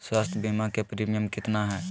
स्वास्थ बीमा के प्रिमियम कितना है?